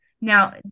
Now